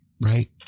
Right